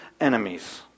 enemies